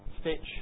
stitch